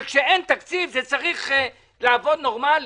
כשאין תקציב, זה צריך לעבוד נורמלי.